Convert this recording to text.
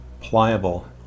pliable